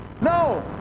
no